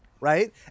right